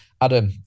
Adam